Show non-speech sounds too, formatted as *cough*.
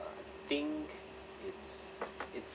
think it's *noise* it's